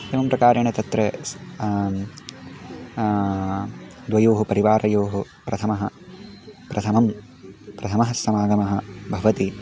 एवं प्रकारेण तत्र स् द्वयोः परिवारयोः प्रथमं प्रथमं प्रथमं समागमं भवति